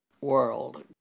world